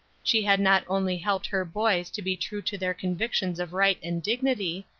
she had not only helped her boys to be true to their convictions of right and dignity,